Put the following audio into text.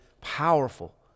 powerful